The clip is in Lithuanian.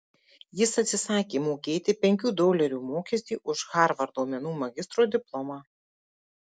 jis atsisakė mokėti penkių dolerių mokestį už harvardo menų magistro diplomą